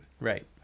Right